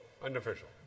Unofficial